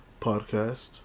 podcast